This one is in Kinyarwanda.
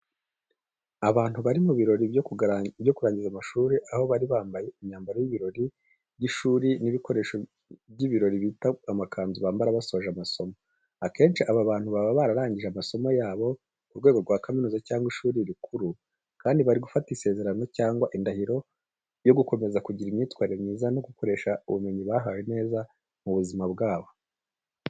Abantu bari mu birori byo kurangiza amashuri, aho bari bambaye imyambaro y'ibirori by'ishuri n'ibikoresho by'ibirori bita amakanzu bambara basoje amasomo. Akenshi aba bantu baba barangije amasomo yabo ku rwego rwa kaminuza cyangwa ishuri rikuru kandi bari gufata isezerano cyangwa indahiro yo gukomeza kugira imyitwarire myiza no gukoresha ubumenyi bahawe neza mu buzima bwabo.